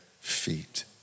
feet